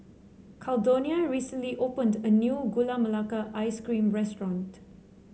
Caldonia recently opened a new Gula Melaka Ice Cream restaurant